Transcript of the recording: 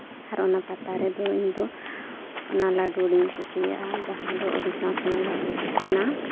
ᱟᱨ ᱚᱱᱟ ᱯᱟᱛᱟ ᱨᱮᱫᱚ ᱤᱧᱫᱚ ᱚᱱᱟ ᱞᱟᱹᱰᱩ ᱜᱤᱧ ᱠᱩᱥᱤᱭᱟᱜᱼᱟ ᱡᱟᱦᱟᱸ ᱫᱚ ᱟᱹᱰᱤ ᱥᱮᱬᱟ ᱥᱮᱬᱟ ᱞᱟᱹᱰᱩ ᱛᱟᱦᱮᱱᱟ